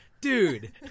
Dude